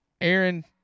Aaron